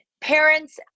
parents